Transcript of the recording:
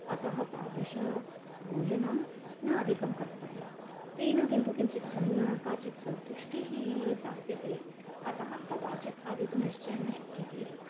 अतः तादृशं भोजनं न अधिकं कर्तव्यं तेन किन्तु किञ्चित् सन् काचित् सन्तुष्टिः प्राप्यते अतः कदाचित् खादितुं निश्चयेन शक्यते एव